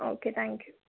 okay thank you